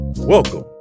Welcome